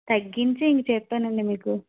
తగ్గించే ఇన్నీ చెప్పానండి మీకు